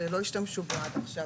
שלא השתמשו בו עד עכשיו,